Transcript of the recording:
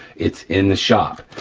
it's in the shop.